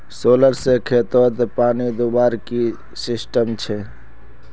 Solar से खेतोत पानी दुबार की सिस्टम छे?